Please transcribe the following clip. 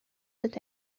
that